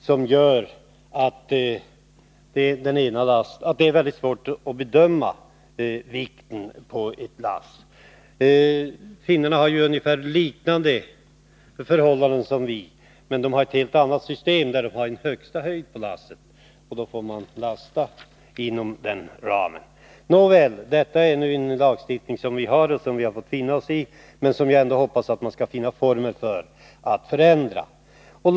Det gör att det är väldigt svårt att bedöma lastvikten. I Finland har man liknande förhållanden som i vårt land, men där har man ett helt annat system med en högsta tillåtna höjd på lasten. Man får då lasta inom den ramen. Nåväl, vi har den lagstiftning som vi har, och den får vi finna oss i, men jag hoppas att det skall vara möjligt att förändra den.